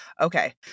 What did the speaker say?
Okay